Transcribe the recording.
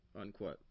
Unquote